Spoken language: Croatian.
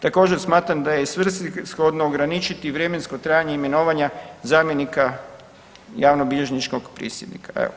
Također smatram da je i svrsishodno ograničiti vremensko trajanje imenovanja zamjenika javnobilježničkog prisjednika.